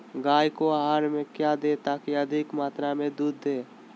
गाय को आहार में क्या दे ताकि अधिक मात्रा मे दूध दे?